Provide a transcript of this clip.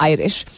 Irish